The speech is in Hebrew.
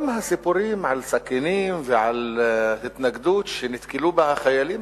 גם הסיפורים על סכינים ועל התנגדות שנתקלו בה חיילים,